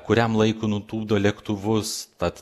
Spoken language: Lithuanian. kuriam laikui nutupdo lėktuvus tad